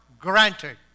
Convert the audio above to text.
granted